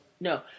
no